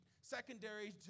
secondary